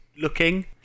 looking